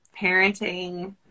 parenting